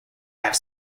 have